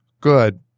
good